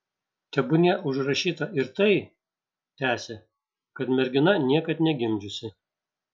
tebūnie užrašyta ir tai tęsė kad mergina niekad negimdžiusi